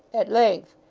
at length,